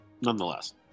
nonetheless